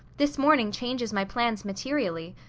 this morning changes my plans materially.